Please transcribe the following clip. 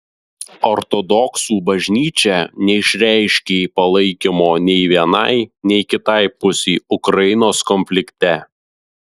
ortodoksų bažnyčia neišreiškė palaikymo nei vienai nei kitai pusei ukrainos konflikte